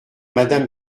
madame